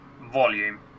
volume